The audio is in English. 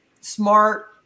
smart